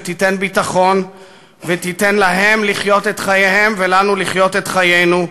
שתיתן ביטחון ותיתן להם לחיות את חייהם ולנו לחיות את חיינו,